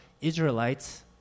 Israelites